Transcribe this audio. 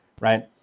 right